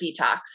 detox